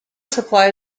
supply